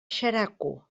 xeraco